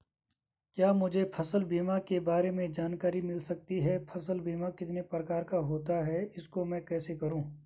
क्या मुझे फसल बीमा के बारे में जानकारी मिल सकती है फसल बीमा कितने प्रकार का होता है इसको मैं कैसे करूँ?